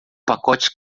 pacote